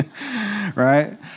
right